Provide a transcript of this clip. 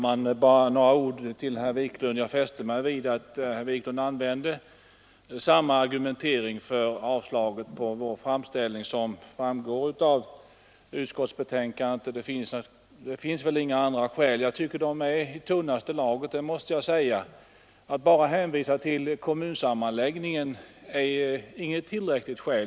Herr talman! Jag fäste mig vid att herr Wiklund använde samma argumentering för yrkandet om avslag på vår framställning som anförs i utskottsbetänkandet, och det finns väl inga andra skäl. Jag tycker att de är i tunnaste laget. Att bara hänvisa till kommunsammanläggningarna är inte tillräckligt.